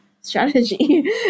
strategy